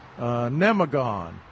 nemagon